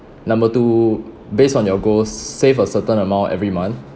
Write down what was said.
number two based on your goal save a certain amount every month